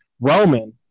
Roman